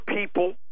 people